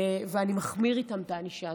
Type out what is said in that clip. ואני מחמיר איתם את הענישה.